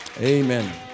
Amen